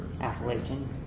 Appalachian